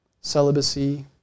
celibacy